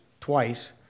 twice